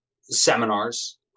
seminars